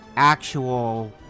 actual